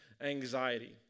anxiety